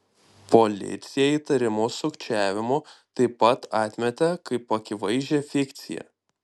policija įtarimus sukčiavimu taip pat atmetė kaip akivaizdžią fikciją